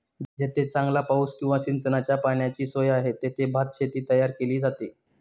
जेथे चांगला पाऊस किंवा सिंचनाच्या पाण्याची सोय आहे, तेथे भातशेती तयार केली जाते